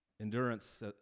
Endurance